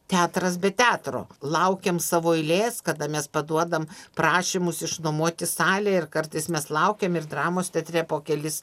teatras be teatro laukiam savo eilės kada mes paduodam prašymus išnuomoti salę ir kartais mes laukiam ir dramos teatre po kelis